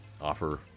offer